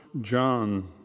John